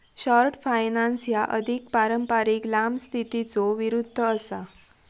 short finance ह्या अधिक पारंपारिक लांब स्थितीच्यो विरुद्ध असा